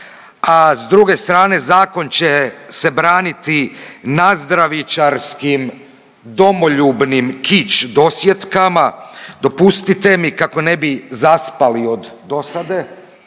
a s druge strane zakon će se braniti nazdravičarskim domoljubnim kič dosjetkama. Dopustite mi kako ne bi zaspali od dosade,